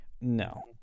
No